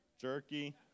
jerky